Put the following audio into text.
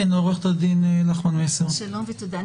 שלום ותודה.